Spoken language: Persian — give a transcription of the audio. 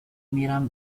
میرم